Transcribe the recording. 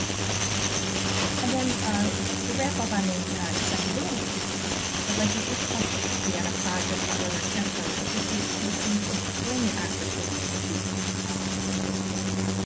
platform and then to wrap up on the accessibility piece i'd like to discuss on a project with leonard cheshire which is to improve employment opportunities for people ah with disabilities.